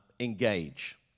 engage